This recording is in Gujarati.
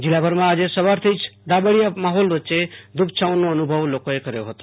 જીલ્લાભરમાં આજે સવારથી જ ધાબડીયા માહોલ વચ્ચે ધૂપ છાંવનો અનુભવ લોકોએ કર્યો હતો